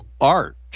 art